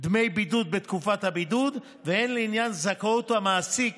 דמי בידוד בתקופת הבידוד והן לעניין זכאות המעסיק